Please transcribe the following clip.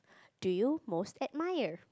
do you most admire